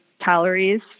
calories